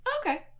Okay